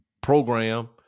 program